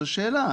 זו שאלה.